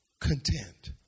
content